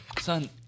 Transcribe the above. Son